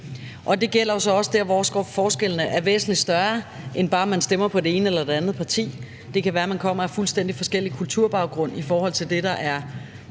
Det gælder jo så også der, hvor forskellene er væsentlig større end bare det at stemme på det ene eller det andet parti. Det kan være, man kommer fra fuldstændig forskellige kulturbaggrunde i forhold til det, der er